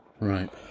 Right